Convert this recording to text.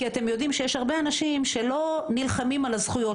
כי אתם יודעים שיש הרבה אנשים שלא נלחמים על הזכויות